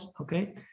Okay